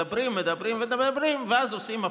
מדברים, מדברים, מדברים, ואז עושים הפוך,